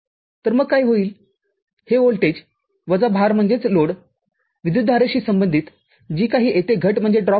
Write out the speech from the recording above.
तर मग काय होईल हे व्होल्टेज वजा भारविद्युतधारेशी संबंधित जी काही येथे घटअसेल